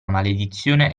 maledizione